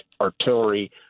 artillery